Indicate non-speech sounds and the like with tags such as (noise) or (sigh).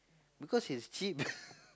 because it's cheap (laughs)